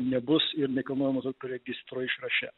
nebus ir nekilnojamo turto registro išraše